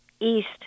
east